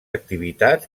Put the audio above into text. activitats